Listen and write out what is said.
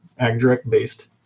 AgDirect-based